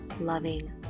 loving